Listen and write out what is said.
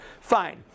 Fine